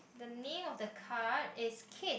the name of the car is Keith